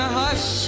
hush